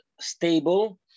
stable